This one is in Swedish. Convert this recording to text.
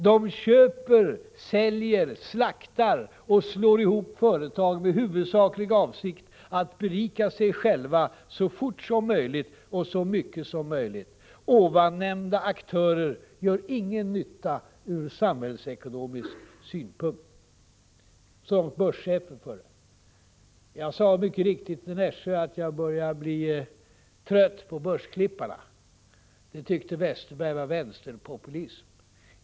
De köper, säljer, slaktar och slår ihop företag med huvudsaklig avsikt att berika sig själva så fort som möjligt och så mycket som möjligt. Ovannämnda aktörer gör ingen nytta ur samhällsekonomisk synpunkt.” Jag sade mycket riktigt i Nässjö att jag börjar bli trött på ”börsklipparna”. Det tyckte Westerberg var vänsterpopulism.